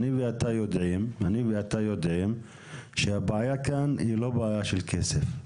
אני ואתה יודעים שהבעיה כאן היא לא בעיה של כסף,